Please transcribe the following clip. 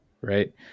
Right